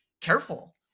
careful